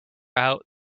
out